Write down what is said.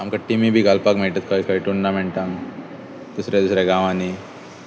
आमकां टिमी बी घालपाक मेळटात खंय खंय टुर्नामेंटांक दुसऱ्या दुसऱ्या गांवांनी